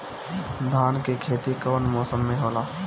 धान के खेती कवन मौसम में होला?